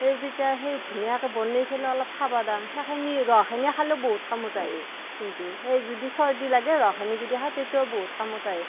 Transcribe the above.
সেই যেতিয়া সেই ধুনীয়াকে বনাই পেলাই অলপ খাবা দাওঁ সেইখিনি ৰসখিনি খালেও বহুত কামত আহে কিন্তু সেই যদি চৰ্দী লাগে ৰসখিনি খায় তেতিয়াও বহুত কামত আহে